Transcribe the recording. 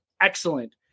excellent